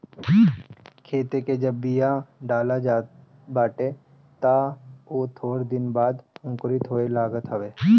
खेते में जब बिया डालल जात बाटे तअ उ थोड़ दिन बाद अंकुरित होखे लागत हवे